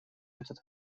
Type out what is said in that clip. этот